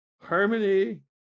Harmony